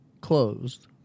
closed